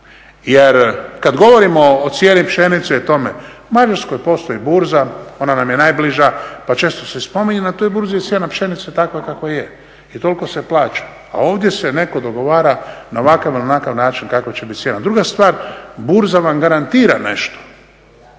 Jer kada govorimo o cijeni pšenice i tome u Mađarskoj postoji burza, ona nam je najbliža pa često se spominje, cijena pšenice na toj burzi takva kakva je i toliko se plaća. A ovdje se netko dogovara na ovakav ili onakav način kakva će biti cijena. Druga stvar burza vam garantira nešto